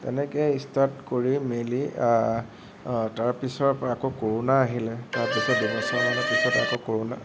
তেনেকে ষ্টাৰ্ট কৰি মেলি তাৰ পিছৰ পৰা আকৌ কৰোনা আহিলে তাৰপিছত দুবছৰমানৰ পিছতে আকৌ কৰোনা